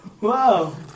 Wow